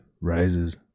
rises